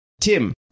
Tim